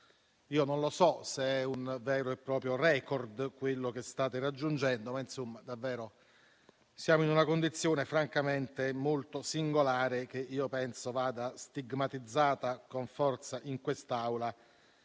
Non so se sia un vero e proprio *record* quello che state raggiungendo, ma davvero siamo in una condizione francamente molto singolare, che penso vada stigmatizzata con forza in quest'Aula